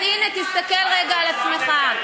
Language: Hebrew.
אז, הנה, תסתכל רגע על עצמך.